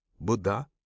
buddha